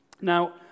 Now